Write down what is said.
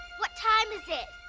what time is it?